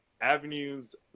Avenues